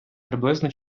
приблизно